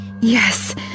Yes